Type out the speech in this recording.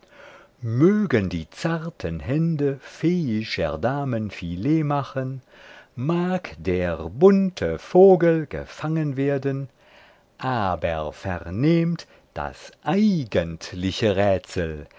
mögen die zarten hände feeischer damen filet machen mag der bunte vogel gefangen werden aber vernehmt das eigentliche rätsel